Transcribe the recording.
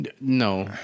No